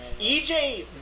EJ